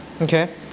Okay